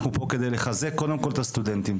אנחנו פה כדי לחזק קודם כול את הסטודנטים.